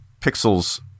pixels